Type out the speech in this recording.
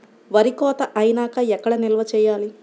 వరి కోత అయినాక ఎక్కడ నిల్వ చేయాలి?